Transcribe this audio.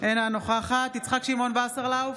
אינה נוכחת יצחק שמעון וסרלאוף,